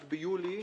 רק ביולי,